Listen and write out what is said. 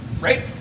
right